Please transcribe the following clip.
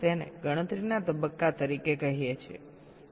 તેથી આપણે તેને ગણતરીના તબક્કા તરીકે કહીએ છીએ